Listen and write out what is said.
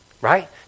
Right